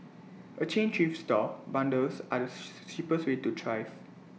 A chain thrift store bundles are the cheapest way to thrift